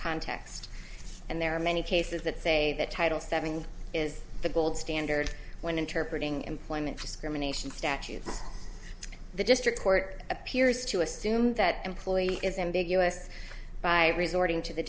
context and there are many cases that say that title seven is the gold standard when interpreting employment discrimination statutes the district court appears to assume that employee is ambiguous by resorting to the